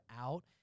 out